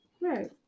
Right